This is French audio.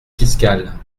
fiscales